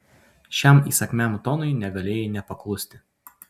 šiam įsakmiam tonui negalėjai nepaklusti